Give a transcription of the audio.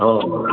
हो हो